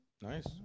Nice